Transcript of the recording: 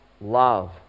love